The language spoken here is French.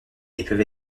peuvent